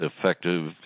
effective